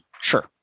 Sure